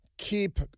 Keep